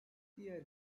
diğer